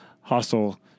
hostile